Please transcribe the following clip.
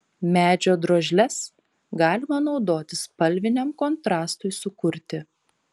medžio drožles galima naudoti spalviniam kontrastui sukurti